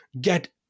get